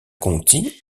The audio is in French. conti